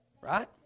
Right